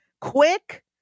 quick